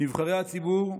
נבחרי הציבור,